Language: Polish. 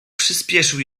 przyspieszył